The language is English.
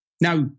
Now